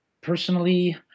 personally